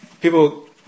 people